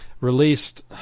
released